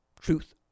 Truth